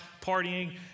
partying